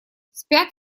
спят